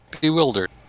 bewildered